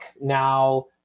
now